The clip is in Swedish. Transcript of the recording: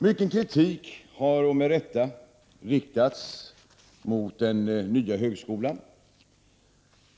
Mycken kritik har med rätta riktats mot den nya högskolan.